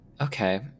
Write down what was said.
Okay